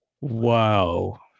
Wow